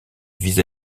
vis